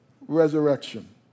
resurrection